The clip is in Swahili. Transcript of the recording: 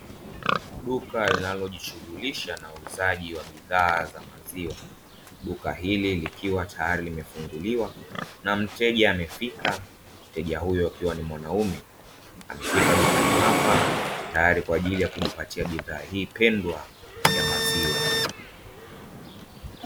Duka linalojishughulisha na uuzaji wa bidhaa za maziwa, duka hili likiwa tayari limefunguliwa na mteja amefika. Mteja huyo akiwa ni mwanaume, amefika dukani hapa tayari kwa ajili ya kujipatia bidhaa hii pendwa ya maziwa.